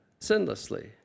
sinlessly